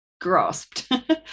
grasped